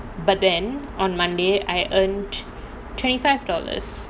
but then on monday I earned twenty five dollar